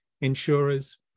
insurers